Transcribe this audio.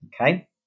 Okay